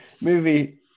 movie